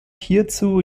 hierzu